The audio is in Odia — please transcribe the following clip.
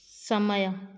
ସମୟ